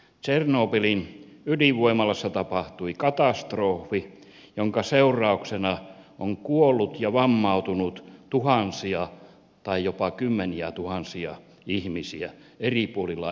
tsernobylin ydinvoimalassa tapahtui katastrofi jonka seurauksena on kuollut ja vammautunut tuhansia tai jopa kymmeniätuhansia ihmisiä eri puolilla eurooppaa